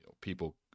people